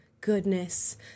goodness